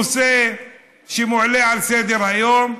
נושא שמועלה על סדר-היום,